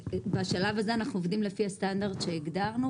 בשלב הזה אנחנו עובדים לפי הסטנדרט שהגדרנו.